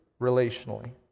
relationally